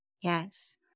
Yes